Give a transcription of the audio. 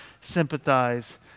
sympathize